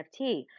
NFT